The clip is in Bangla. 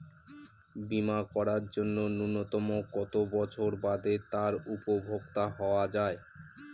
বীমা করার জন্য ন্যুনতম কত বছর বাদে তার উপভোক্তা হওয়া য়ায়?